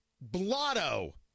blotto